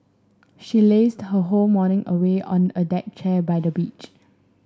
she lazed her whole morning away on a deck chair by the beach